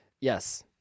Yes